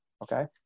Okay